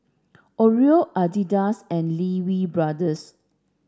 Oreo Adidas and Lee Wee Brothers